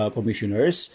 Commissioners